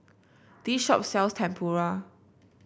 this shop sells Tempura